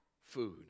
food